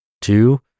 two